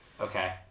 okay